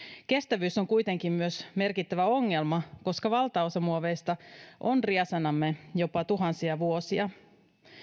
kestävyys on kuitenkin myös merkittävä ongelma koska valtaosa muoveista on riesanamme jopa tuhansia vuosia